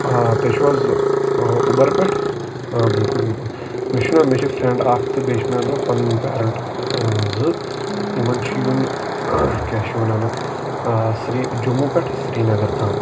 آ تُہۍ چھُو حظ اوٗبَر پؠٹھ بِلکُل بِلکُل مےٚ چھُ نا مےٚ چھُ فرِینٛڈ اَکھ تہٕ بیٚیہِ چھِ مےٚ پَنُن پیرَنٛٹ زٕ یِمَن چھُ یُن کیٛاہ چھِ وَںان اَتھ سِری جموں پؠٹھ سریٖنَگر تام